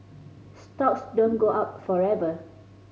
stocks don't go up forever